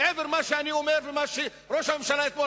מעבר למה שאני אומר ומה שראש הממשלה אמר אתמול: